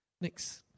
Next